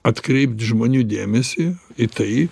atkreipt žmonių dėmesį į tai